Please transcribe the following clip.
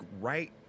right